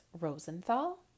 Rosenthal